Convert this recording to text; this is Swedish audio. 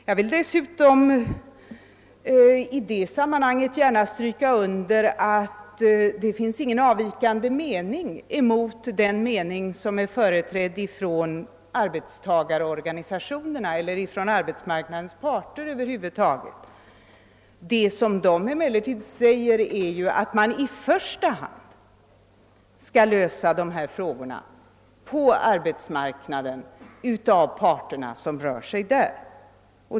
Jag vill dessutom i detta sammanhang gärna stryka under att det inte finns någon avvikande mening mot den som företrädes av arbetstagarorganisationerna eller arbetsmarknadens parter över huvud taget. Vad de säger är emellertid att dessa frågor i första hand skall lösas på arbetsmarknaden av de parter som rör sig där.